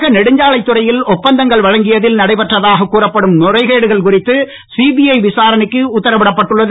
தமிழக நெடுஞ்சாலைத் துறையில் ஒப்பந்தங்கள் வழங்கியதில் நடைபெற்றதாகக் கூறப்படும் முறைகேடுகள் குறித்து சிபிஐ விசாரணைக்கு உத்தரவிடப் பட்டுள்ளது